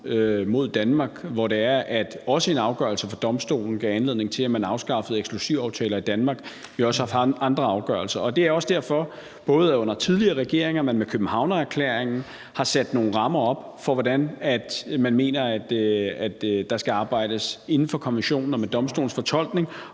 mod Danmark, hvor en afgørelse fra domstolen gav anledning til, at man afskaffede eksklusivaftaler i Danmark. Vi har også haft andre afgørelser. Det er også derfor, man under tidligere regeringer, bl.a. med Københavnererklæringen, har sat nogle rammer op for, hvordan man mener der skal arbejdes inden for konventionen og med domstolens fortolkning,